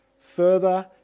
further